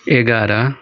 एघार